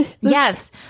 Yes